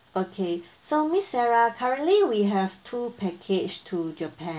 okay so miss sarah currently we have two package to japan